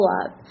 up